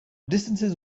distances